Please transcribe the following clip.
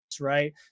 right